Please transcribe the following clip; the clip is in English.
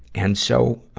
and so,